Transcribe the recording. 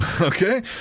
Okay